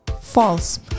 false